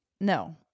No